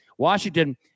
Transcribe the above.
Washington